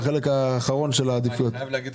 בחלק האחרון של העדיפויות.